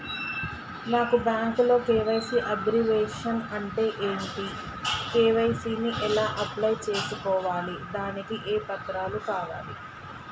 నాకు బ్యాంకులో KYC abbreviation అంటే ఏంటి కే.వై.సీ ని ఎలా అప్లై చేసుకోవాలి దానికి ఏ పత్రాలు కావాలి?